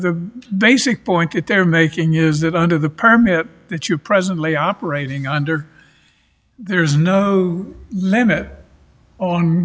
the basic point that they're making is that under the permit that you presently operating under there is no limit on